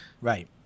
right